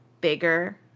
Bigger